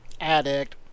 Addict